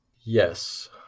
Yes